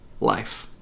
life